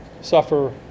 suffer